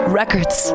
records